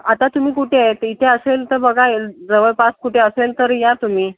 आता तुम्ही कुठे आहे इथे असेल तर बघा जवळपास कुठे असेल तर या तुम्ही